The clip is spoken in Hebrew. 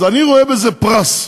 אז אני רואה בזה פרס.